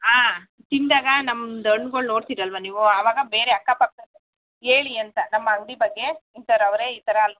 ಹಾಂ ತಿಂದಾಗ ನಮ್ದು ಹಣ್ಗಳ್ ನೊಡ್ತೀರಲ್ಲವಾ ನೀವು ಅವಾಗ ಬೇರೆ ಅಕ್ಕಪಕ್ಕದ್ದು ಹೇಳಿ ಅಂತ ನಮ್ಮ ಅಂಗಡಿ ಬಗ್ಗೆ ಈ ಥರ ಅವ್ರೆ ಈ ಥರ ಅಂತ